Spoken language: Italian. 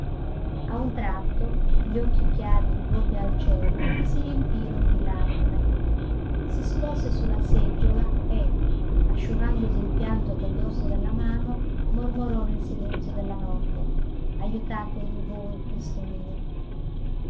a un tratto gli occhi chiari rivolti al cielo gli si riempirono di lagrime si scosse su la seggiola e asciugandosi il pianto col dorso della mano mormorò nel silenzio della notte ajutatemi voi cristo mio